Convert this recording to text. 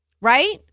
Right